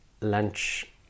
lunch